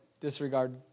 disregard